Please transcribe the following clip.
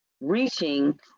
Reaching